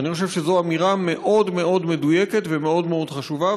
ואני חושב שזו אמירה מאוד מאוד מדויקת ומאוד מאוד חשובה,